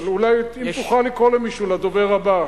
אבל אולי אם תוכל לקרוא למישהו לדובר הבא.